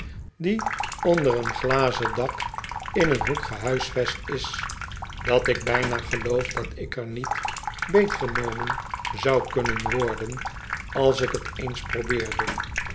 die onder een glazen dak in een hoek gehuisvest is dat ik bijna geloof dat ik er niet beetgenomen zou kunnen worden als ik t eens probeerde